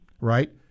Right